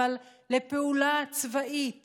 לפעולה צבאית